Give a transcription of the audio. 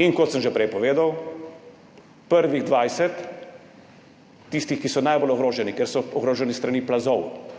Kot sem že prej povedal, prvih 20, tistih, ki so najbolj ogroženi, ker so ogroženi s strani plazov,